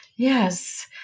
Yes